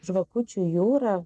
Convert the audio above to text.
žvakučių jūra